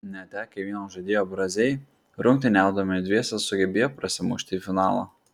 netekę vieno žaidėjo braziai rungtyniaudami dviese sugebėjo prasimušti į finalą